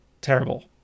Terrible